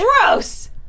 Gross